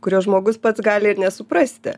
kurio žmogus pats gali ir nesuprasti